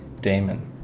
Damon